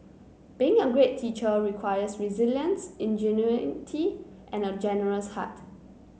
being a great teacher requires resilience ingenuity and a generous heart